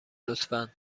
لطفا